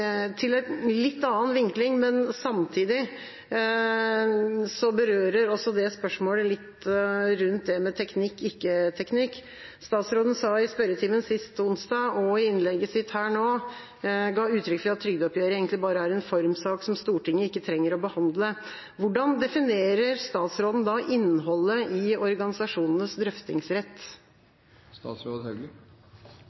Til en litt annen vinkling, men samtidig berører også det spørsmålet litt det med teknikk eller ikke teknikk: Statsråden ga i spørretimen sist onsdag og i innlegget sitt her nå uttrykk for at trygdeoppgjøret egentlig bare er en formsak som Stortinget ikke trenger å behandle. Hvordan definerer statsråden da innholdet i organisasjonenes drøftingsrett?